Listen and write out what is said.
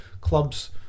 clubs